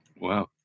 Wow